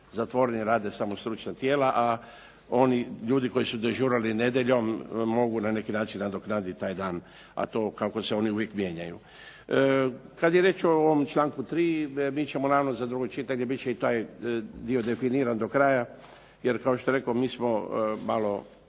zatvoreni, rade samo stručna tijela, a oni ljudi koji su dežurali nedjeljom mogu na neki način nadoknaditi taj dan, a to kako se oni uvijek mijenjaju. Kada je riječ o ovom članku 3. mi ćemo naravno … bit će i taj dio definiran do kraja. Jer kao što je rekao mi smo ono